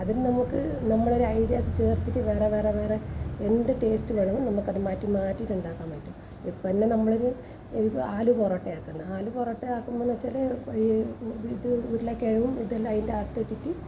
അതും നമുക്ക് നമ്മളൊരു ഐഡിയസ് ചേർത്തിട്ട് വേറെ വേറെ വേറെ എന്ത് ടേസ്റ്റ് വേണേലും നമുക്കത് മാറ്റി മാറ്റിയിട്ട് ഉണ്ടാക്കാൻ പറ്റും ഇപ്പം തന്നെ നമ്മളൊരു ആലൂ പൊറോട്ട ആക്കുന്നത് ആലു പൊറോട്ട ആക്കുന്നതെന്ന് വെച്ചാല് ഈ ഇത് ഉരുളക്കിഴങ്ങും ഇതെല്ലാം അതിൻ്റെ അകത്തിട്ടിട്ട് ഇങ്ങനെ